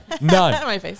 none